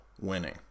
winning